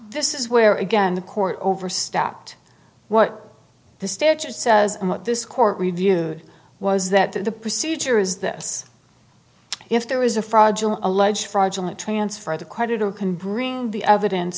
this is where again the court overstepped what the statute says and what this court reviewed was that the procedure is this if there is a fraudulent alleged fraudulent transfer the creditor can bring the evidence